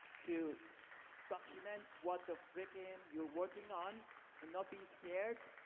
to document what the frickin' you're working on and not be scared.